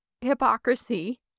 hypocrisy